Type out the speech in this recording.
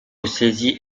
saisie